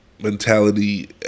mentality